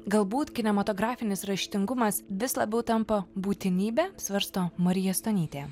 galbūt kinematografinis raštingumas vis labiau tampa būtinybe svarsto marija stonytė